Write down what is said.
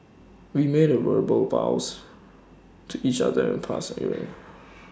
we made A verbal vows to each other in past area